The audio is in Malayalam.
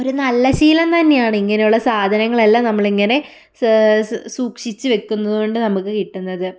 ഒരു നല്ല ശീലം തന്നെ ആണ് ഇങ്ങനെ ഉള്ള സാധനങ്ങൾ എല്ലാം നമ്മൾ ഇങ്ങനെ സാ സൂക്ഷിച്ചു വെയ്ക്കുന്നത് കൊണ്ട് നമുക്കു കിട്ടുന്നത്